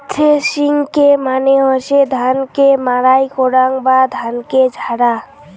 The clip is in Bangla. থ্রেশিংকে মানে হসে ধান কে মাড়াই করাং বা ধানকে ঝাড়া